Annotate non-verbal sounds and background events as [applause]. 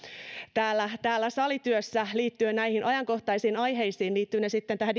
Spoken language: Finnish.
täällä salityössä liittyen näihin ajankohtaisiin aiheisiin liittyvät ne sitten tähän [unintelligible]